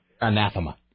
anathema